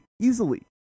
easily